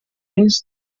més